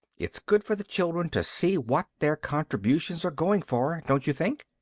it's good for the children to see what their contributions are going for, don't you think?